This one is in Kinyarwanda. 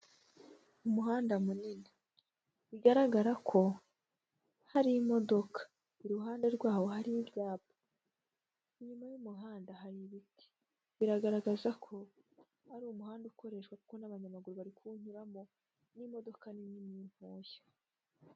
Umuhanda munini bigaragara ko hari imodoka iruhande rwaho harimo ibyapa inyuma y'umuhanda hari ibiti biragaragaza ko ari umuhanda ukoreshwa, kuko n'abanyamaguru bari kuwunyuramo n'imodoka nini na moto.